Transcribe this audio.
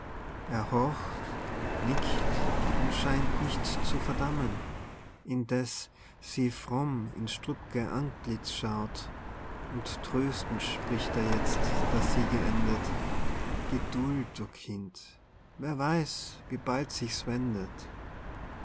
er horcht und nickt und scheint nicht zu verdammen indeß sie fromm in's strupp'ge antlitz schaut und tröstend spricht er jetzt da sie geendet geduld o kind wer weiß wie bald sich's wendet